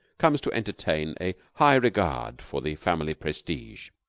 comes to entertain a high regard for the family prestige.